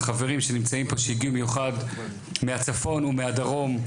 לחברים שנמצאים פה ושהגיעו במיוחד מהצפון ומהדרום,